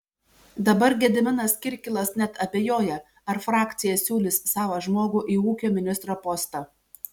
dabar gediminas kirkilas net abejoja ar frakcija siūlys savą žmogų į ūkio ministro postą